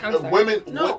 Women